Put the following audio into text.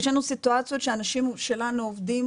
יש לנו סיטואציות שאנשים שלנו עובדים